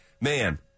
man